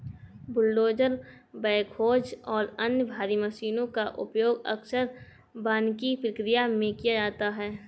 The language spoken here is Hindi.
बुलडोजर बैकहोज और अन्य भारी मशीनों का उपयोग अक्सर वानिकी प्रक्रिया में किया जाता है